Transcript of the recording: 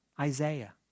Isaiah